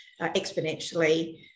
exponentially